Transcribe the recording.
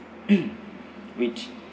mm which